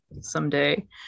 someday